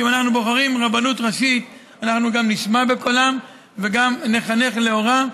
שאם אנחנו בוחרים רבנות ראשית אנחנו גם נשמע בקולם וגם נחנך לאורם.